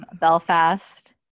Belfast